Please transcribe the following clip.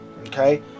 Okay